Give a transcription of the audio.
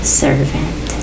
servant